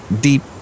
deep